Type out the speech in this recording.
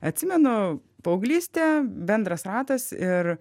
atsimenu paauglystė bendras ratas ir